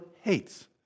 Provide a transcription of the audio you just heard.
hates